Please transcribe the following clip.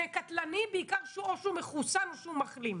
זה קטלני בעיקר או שהוא מחוסן או שהוא מחלים,